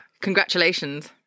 congratulations